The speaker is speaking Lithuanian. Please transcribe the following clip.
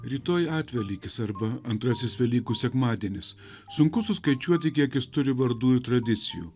rytoj atvelykis arba antrasis velykų sekmadienis sunku suskaičiuoti kiek jis turi vardų ir tradicijų